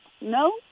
No